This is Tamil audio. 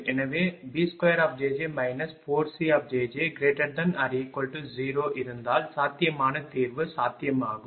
எனவே b2jj 4cjj≥0 இருந்தால் சாத்தியமான தீர்வு சாத்தியமாகும்